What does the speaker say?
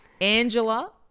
Angela